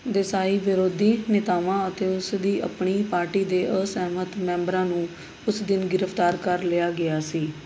ਦੇਸਾਈ ਵਿਰੋਧੀ ਨੇਤਾਵਾਂ ਅਤੇ ਉਸ ਦੀ ਆਪਣੀ ਪਾਰਟੀ ਦੇ ਅਸਹਿਮਤ ਮੈਂਬਰਾਂ ਨੂੰ ਉਸ ਦਿਨ ਗ੍ਰਿਫਤਾਰ ਕਰ ਲਿਆ ਗਿਆ ਸੀ